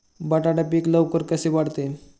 बटाटा पीक लवकर कसे वाढते?